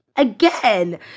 again